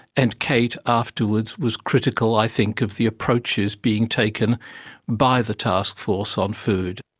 and kate afterwards was critical i think of the approaches being taken by the taskforce on food.